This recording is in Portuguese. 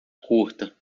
curta